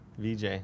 VJ